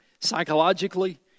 Psychologically